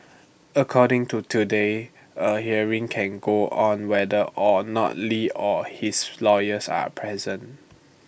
according to today A hearing can go on whether or not li or his lawyers are present